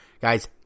Guys